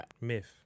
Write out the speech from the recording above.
Myth